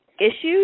issues